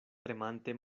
tremante